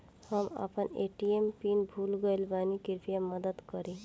हम अपन ATM PIN भूल गएल बानी, कृपया मदद करीं